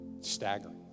Staggering